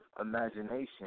imagination